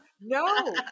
No